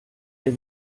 der